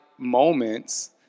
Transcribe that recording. Moments